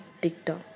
TikTok